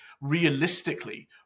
realistically